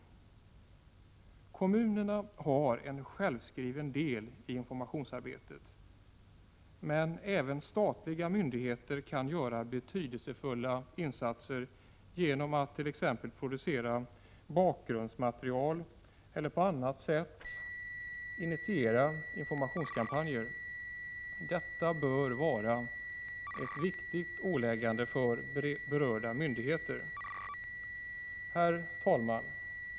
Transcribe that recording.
Kommunerna har en självskriven del i informationsarbetet, men även statliga myndigheter kan göra betydelsefulla insatser genom att t.ex. producera bakgrundsmaterial eller på annat sätt initiera informationskampanjer. Detta bör vara ett viktigt åläggande för berörda myndigheter. Herr talman!